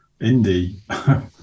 indie